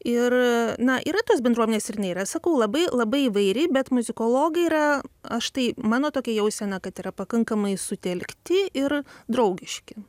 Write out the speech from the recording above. ir na yra tos bendruomenės ir jinai yra sakau labai labai įvairi bet muzikologai yra aš tai mano tokia jausena kad yra pakankamai sutelkti ir draugiški